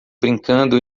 brincando